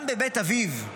גם בבית אביו"